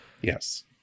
yes